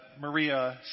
Maria